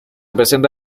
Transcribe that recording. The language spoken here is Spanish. presenta